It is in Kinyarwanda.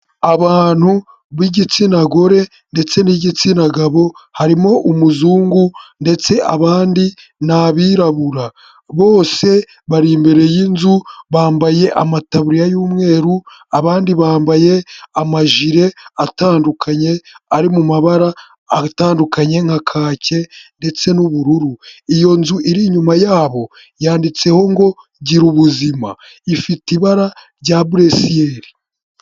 Abantu b'igitsina gore ndetse n'igitsina gabo, harimo umuzungu ndetse abandi n'abirabura bose bari imbere y'inzu bambaye amataburiya y'umweru, abandi bambaye amajire atandukanye ari mu mabara atandukanye nka kaki ndetse n'ubururu, iyo nzu iri inyuma yaho yanditseho ngo “gira ubuzima”ifite ibara rya buresiyeri.